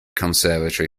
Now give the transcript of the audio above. conservatory